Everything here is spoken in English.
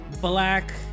black